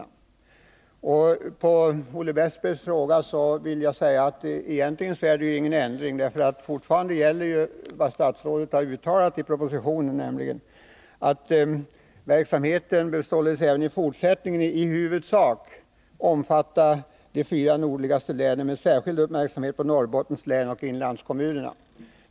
Som svar på Olle Westbergs fråga vill jag säga att egentligen är det ingen ändring, utan fortfarande gäller vad statsrådet har uttalat i propositionen, nämligen att verksamheten även i fortsättningen i huvudsak bör omfatta de fyra nordligaste länen med särskild uppmärksamhet på Norrbottens län och inlandskommunerna.